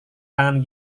tangan